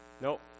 Nope